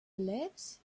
lives